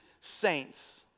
saints